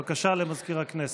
בבקשה, למזכיר הכנסת.